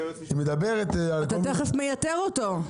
אתה תכף מייתר אותו.